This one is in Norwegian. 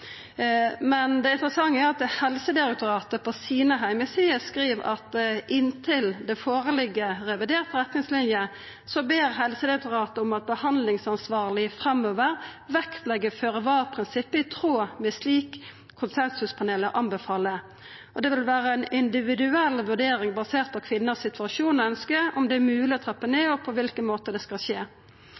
Men det interessante er at Helsedirektoratet på heimesidene sine skriv: «Inntil det foreligger en revidert retningslinje, ber Helsedirektoratet om at behandlingsansvarlig fremover vektlegger føre-var-prinsippet i tråd med slik konsensuspanelet anbefaler. Det vil være en individuell vurdering basert på kvinnens situasjon og ønske, om det er mulig å trappe ned, og på hvilken måte det skal skje.»